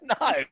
No